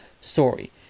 story